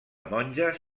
monges